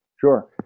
Sure